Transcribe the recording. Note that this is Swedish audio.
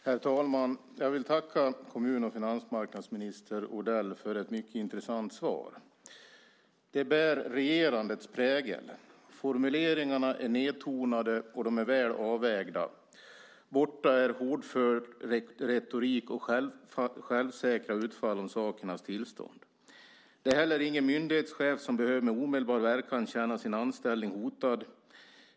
Herr talman! Jag vill tacka kommun och finansmarknadsminister Odell för ett mycket intressant svar. Det bär regerandets prägel. Formuleringarna är nedtonade, och de är väl avvägda. Borta är hotfull retorik och självsäkra utfall om sakernas tillstånd. Det är heller ingen myndighetschef som med omedelbar verkan behöver känna sin anställning hotad.